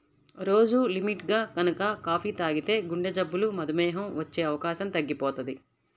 రోజూ లిమిట్గా గనక కాపీ తాగితే గుండెజబ్బులు, మధుమేహం వచ్చే అవకాశం తగ్గిపోతది